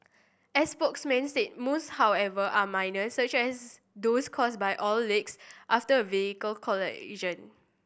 a spokesman said most however are minor such as those caused by oil leaks after a vehicle collision